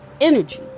energy